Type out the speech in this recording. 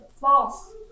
false